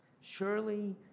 Surely